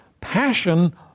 passion